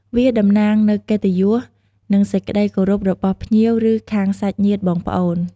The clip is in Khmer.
វាតំណាងនូវកិត្តិយស និងសេចក្ដីគោរពរបស់ភ្ញៀវឬខាងសាច់ញាតិបងប្អូន។